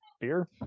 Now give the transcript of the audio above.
beer